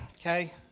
okay